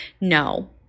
No